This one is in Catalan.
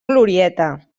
glorieta